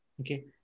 Okay